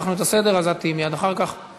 שאיננה נוכחת באולם,